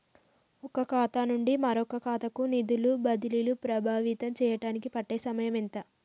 ఒక ఖాతా నుండి మరొక ఖాతా కు నిధులు బదిలీలు ప్రభావితం చేయటానికి పట్టే సమయం ఎంత?